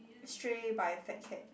Stray by Fatcat